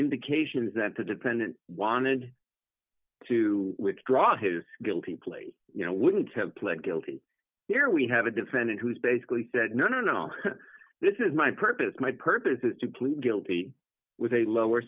indications that the defendant wanted to withdraw his guilty plea you know wouldn't have pled guilty here we have a defendant who has basically said no no no this is my purpose my purpose is to plead guilty with a lower